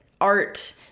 art